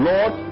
Lord